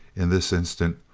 in this instance,